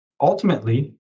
Ultimately